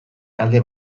alde